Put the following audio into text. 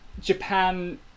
Japan